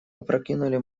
опрокинули